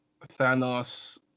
Thanos